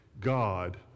God